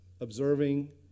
observing